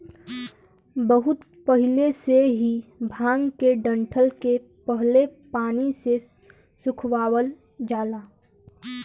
बहुत पहिले से ही भांग के डंठल के पहले पानी से सुखवावल जाला